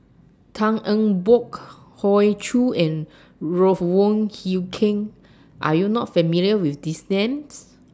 Tan Eng Bock Hoey Choo and Ruth Wong Hie King Are YOU not familiar with These Names